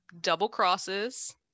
double-crosses